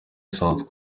south